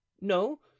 no